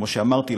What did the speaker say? כמו שאמרתי,